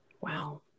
Wow